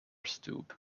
stoop